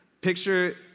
Picture